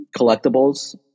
collectibles